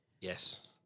Yes